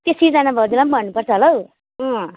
त्यो सिर्जना भाउजूलाई पनि भन्नुपर्छ होला हौ अँ